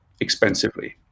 expensively